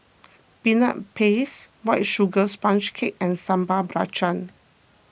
Peanut Paste White Sugar Sponge Cake and Sambal Belacan